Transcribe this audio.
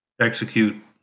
execute